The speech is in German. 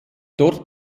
dort